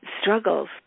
struggles